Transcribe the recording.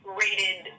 rated